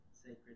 sacred